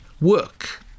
work